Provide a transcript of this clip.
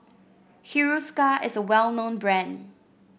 Hiruscar is a well known brand